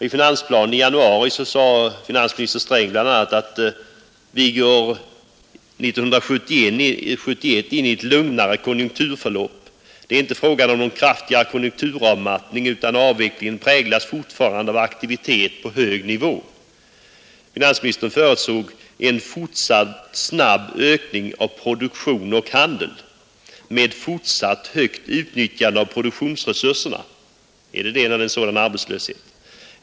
I finansplanen i januari sade finansminister Sträng bl.a.: ”Vi går 1971 in i ett lugnare konjunkturförlopp. Det är inte frågan om någon kraftigare konjunkturavmattning utan utvecklingen präglas fortfarande av aktivitet på hög nivå.” Finansministern förutsåg ”en fortsatt snabb ökning av produktion och handel” —-—— ”med fortsatt högt utnyttjande av produktionsresurserna”. Är det det när det är sådan arbetslöshet?